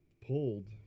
pulled